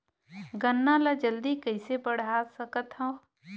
गन्ना ल जल्दी कइसे बढ़ा सकत हव?